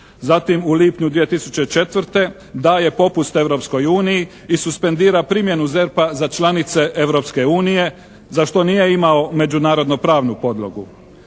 zatim u lipnju 2004. daje popust Europskoj uniji i suspendira primjenu ZERP-a za članice Europske unije za što nije imao međunarodno-pravnu podlogu.